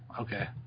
okay